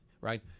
right